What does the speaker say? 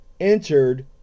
Entered